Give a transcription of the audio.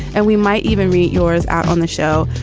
and we might even read yours out on the show.